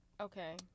Okay